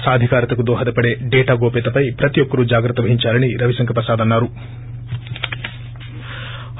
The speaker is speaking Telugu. సాధికారతకు దోహద పడే డేటా గోప్యత పై ప్రతి ఒక్కరు జాగ్రత్త వహించాలని రవిశంకర్ ప్రసాద్ అన్నా రు